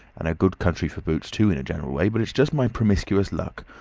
and a good country for boots, too, in a general way. but it's just my promiscuous luck.